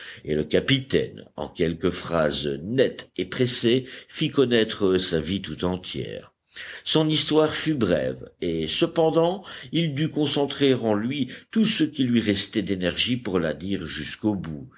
et le capitaine en quelques phrases nettes et pressées fit connaître sa vie tout entière son histoire fut brève et cependant il dut concentrer en lui tout ce qui lui restait d'énergie pour la dire jusqu'au bout